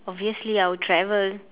obviously I would travel